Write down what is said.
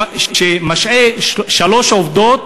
שהוא משעה שלוש עובדות